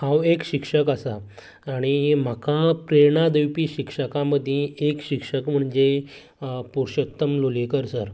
हांव एक शिक्षक आसा आणी म्हाका प्रेरणा दिवपी शिक्षकां मदीं एक शिक्षक म्हणजे पुरूशोत्तम लोलयेकर सर